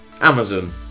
Amazon